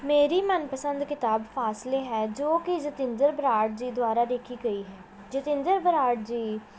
ਮੇਰੀ ਮਨਪਸੰਦ ਕਿਤਾਬ ਫਾਸਲੇ ਹੈ ਜੋ ਕਿ ਜਤਿੰਦਰ ਬਰਾੜ ਜੀ ਦੁਆਰਾ ਲਿਖੀ ਗਈ ਹੈ ਜਤਿੰਦਰ ਬਰਾੜ ਜੀ